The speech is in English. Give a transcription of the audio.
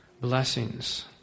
blessings